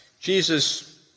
Jesus